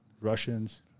Russians